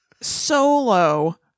solo